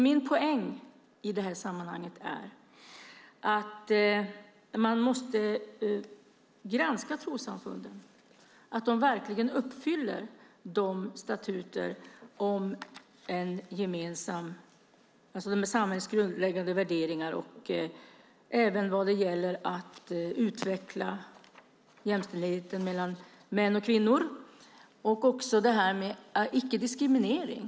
Min poäng i sammanhanget är att man måste granska trossamfunden så att de verkligen uppfyller de statuter som finns om samhällets grundläggande värderingar, om att utveckla jämställdheten mellan män och kvinnor och detta med icke-diskriminering.